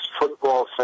football